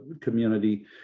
community